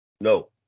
no